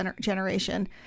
generation